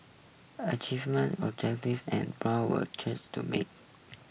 achievement objective and were chase to make